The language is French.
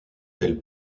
elle